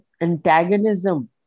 antagonism